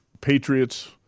Patriots